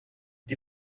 die